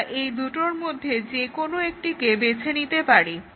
আমরা এই দুটোর মধ্যে যে কোনো একটিকে বেছে নিতে পারি